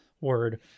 word